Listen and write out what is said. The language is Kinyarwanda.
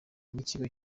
n’ikigo